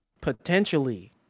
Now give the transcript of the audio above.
potentially